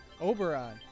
Oberon